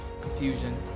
confusion